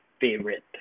favorite